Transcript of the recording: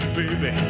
baby